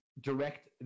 direct